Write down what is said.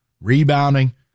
rebounding